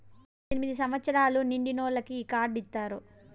పద్దెనిమిది సంవచ్చరాలు నిండినోళ్ళకి ఈ కార్డు ఇత్తారు